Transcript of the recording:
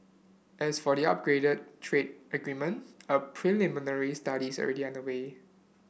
as for the upgraded trade agreement a preliminary study is already underway